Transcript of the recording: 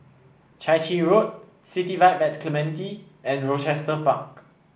Chai Chee Road City Vibe and Clementi and Rochester Park